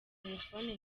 telefoni